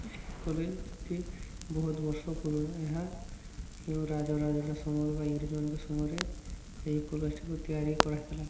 ଏହି କଲେଜ୍ଟି ବହୁତ ବର୍ଷ ପୁରୁଣା ଏହା କେଉଁ ରାଜ ରାଜଡ଼ା ସମୟରେ ବା ଇଂରେଜମାନଙ୍କ ସମୟରେ ଏହି କଲେଜ୍ଟିକୁ ତିଆରି କରାହେଇଥିଲା